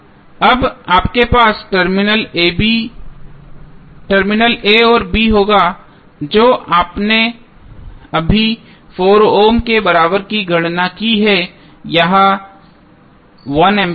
अब आपके पास टर्मिनल a और b होगा जो आपने अभी 4 ओम के बराबर गणना की है और यह 1 एम्पीयर है